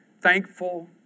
thankful